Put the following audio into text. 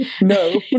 no